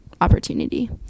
opportunity